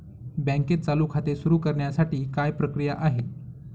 बँकेत चालू खाते सुरु करण्यासाठी काय प्रक्रिया आहे?